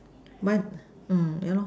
mine mm yeah loh